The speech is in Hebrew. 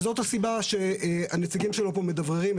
וזאת הסיבה שהנציגים שלו פה מדבררים,